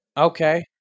Okay